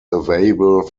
available